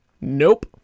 nope